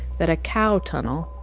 that a cow tunnel,